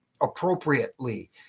appropriately